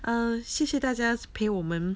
oh 谢谢大家 as P woman